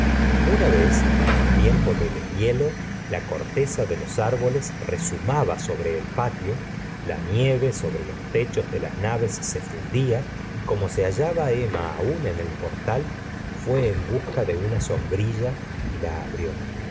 una vez en tiempo de deshielo la corteza de los árboles rezumaba sobre el patio la nieve sobre los techos de las naves se fundía y como se hallaba emma aun en el portal fué en busca de una sombrilla y la abrió